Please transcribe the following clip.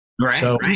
Right